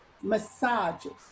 massages